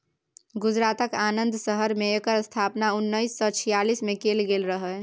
गुजरातक आणंद शहर मे एकर स्थापना उन्नैस सय छियालीस मे कएल गेल रहय